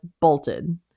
bolted